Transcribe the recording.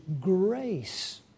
grace